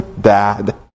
Dad